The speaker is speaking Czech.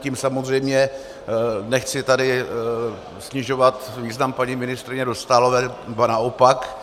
Tím samozřejmě tady nechci snižovat význam paní ministryně Dostálové, ba naopak.